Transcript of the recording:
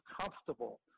comfortable